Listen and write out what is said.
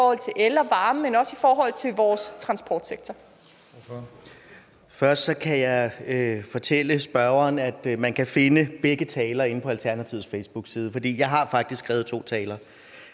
Først kan jeg fortælle spørgeren, at man kan finde begge taler inde på Alternativets facebookside, for jeg har faktisk skrevet to taler.